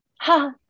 ha